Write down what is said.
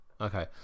Okay